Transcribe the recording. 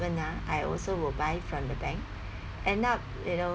investment ah I also will buy from the bank end up you know